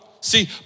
See